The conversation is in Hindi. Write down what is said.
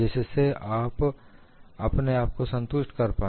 जिससे आप अपने आप को संतुष्ट कर पाए